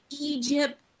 Egypt